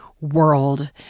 world